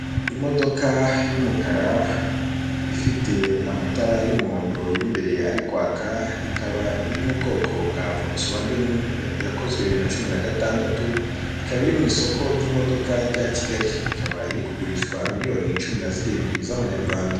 Imodoka y'umukara ifite amatara y'umuhondo y'imbere ari kwaka, ikaba iri mu bwoko bwa vogisiwageni yakozwe bibiri na cumi na gatandatu, ikaba iri mu isoko ry'imodoka rya Kigali, ikaba iri kugurishwa miliyoni cumi na zirindwi z'amanyarwanda.